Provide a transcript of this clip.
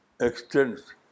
extends